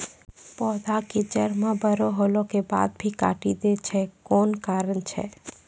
पौधा के जड़ म बड़ो होला के बाद भी काटी दै छै कोन कारण छै?